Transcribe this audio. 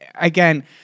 again